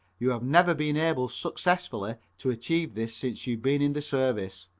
you have never been able successfully to achieve this since you've been in the service.